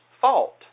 fault